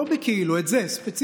לא בכאילו, את זו ספציפית,